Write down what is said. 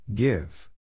Give